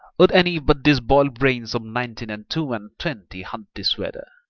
would any but these boiled brains of nineteen and two-and-twenty hunt this weather?